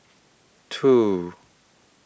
two